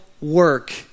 work